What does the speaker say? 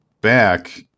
back